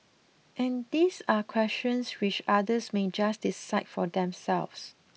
and these are questions which others may just decide for themselves